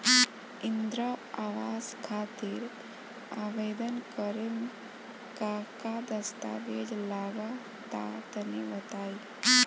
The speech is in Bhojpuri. इंद्रा आवास खातिर आवेदन करेम का का दास्तावेज लगा तऽ तनि बता?